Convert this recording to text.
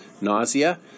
nausea